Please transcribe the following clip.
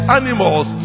animals